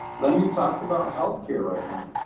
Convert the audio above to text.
let me talk about healthcare right now.